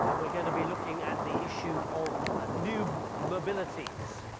ah we're going to be looking at the issue of new mobilities.